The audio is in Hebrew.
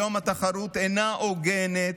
היום התחרות אינה הוגנת,